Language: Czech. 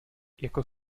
jako